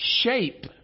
shape